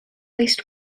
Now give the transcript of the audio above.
least